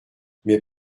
mes